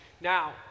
Now